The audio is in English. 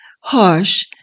harsh